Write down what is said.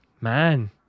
Man